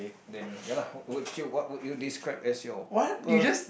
then ya lah would you what would you describe as your per~